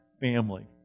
family